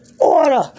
Order